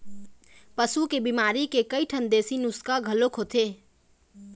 पशु के बिमारी के कइठन देशी नुक्सा घलोक होथे